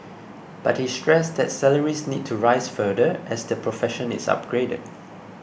but he stressed that salaries need to rise further as the profession is upgraded